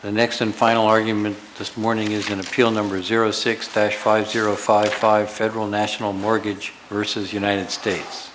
the next and final argument this morning is an appeal number zero six thirty five zero five five federal national mortgage versus united states